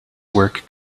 work